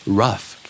rough